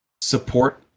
support